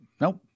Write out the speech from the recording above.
Nope